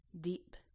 deep